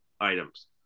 items